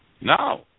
No